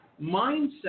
mindset